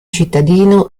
cittadino